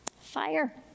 Fire